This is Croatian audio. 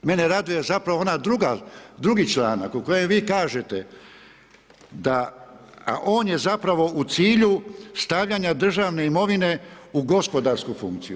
Mene raduje zapravo onaj drugi članak, u kojem vi kažete, da on je zapravo u cilju stavljanje državne imovine u gospodarsku funkciju.